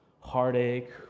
heartache